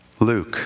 Luke